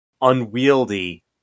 Unwieldy